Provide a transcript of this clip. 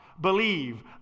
believe